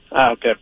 Okay